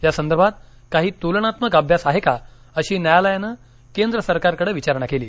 या संदर्भात काही तुलनात्मक अभ्यास आहे का अशी न्यायालयानं केंद्र सरकारकडे विचारणा केली